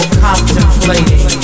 contemplating